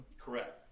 Correct